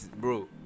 bro